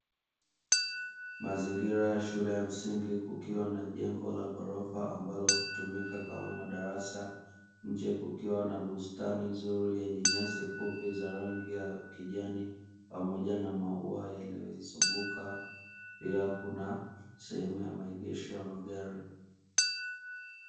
Mazingira ya shule ya msingi kukiwa na jengo la gorofa ambalo hutumika kama madarasa. Nje kukiwa na bustani nzuri yenye nyasi fupi za rangi kijani pamoja na maua yaliozunguka; pia kuna sehemu ya maegesho ya magari.